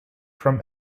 from